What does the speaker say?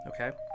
Okay